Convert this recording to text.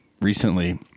recently